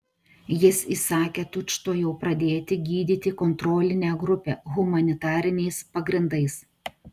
jis įsakė tučtuojau pradėti gydyti kontrolinę grupę humanitariniais pagrindais